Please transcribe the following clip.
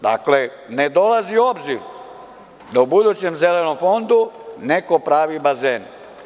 Dakle, ne dolazi u obzir da u budućem zelenom fondu neko pravi bazene.